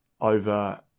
over